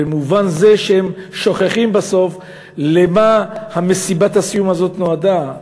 במובן זה שהם שוכחים בסוף למה מסיבת הסיום הזאת נועדה.